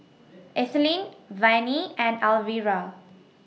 Ethelyn Vannie and Alvira